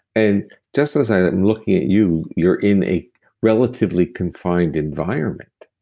and just as i'm looking at you, you're in a relatively confined environment.